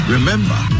Remember